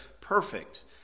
perfect